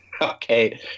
Okay